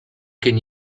kien